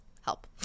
help